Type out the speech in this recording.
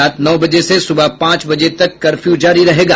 रात नौ बजे से सुबह पांच बजे तक कर्फ्यू जारी रहेगा